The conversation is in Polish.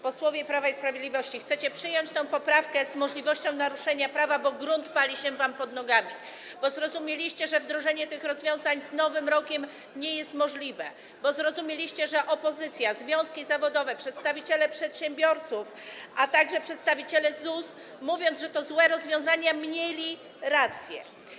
Posłowie Prawa i Sprawiedliwości, chcecie przyjąć tę poprawkę z możliwością naruszenia prawa, bo grunt pali się wam pod nogami, bo zrozumieliście, że wdrożenie tych rozwiązań z nowym rokiem nie jest możliwe, bo zrozumieliście, że opozycja, związki zawodowe, przedstawiciele przedsiębiorców, a także przedstawiciele ZUS, gdy mówili, że to złe rozwiązanie, mieli rację.